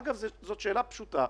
אגב, זו שאלה פשוטה.